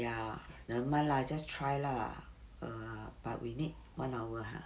ya nevermind lah just try lah err but we need one hour uh